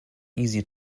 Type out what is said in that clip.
easier